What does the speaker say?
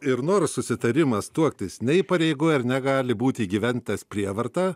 ir nors susitarimas tuoktis neįpareigoja ir negali būti įgyvendintas prievarta